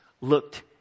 looked